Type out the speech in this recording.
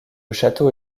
château